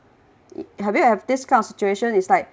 have you have this kind of situation is like